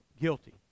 guilty